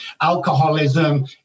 Alcoholism